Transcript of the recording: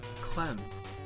cleansed